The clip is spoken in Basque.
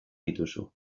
dituzu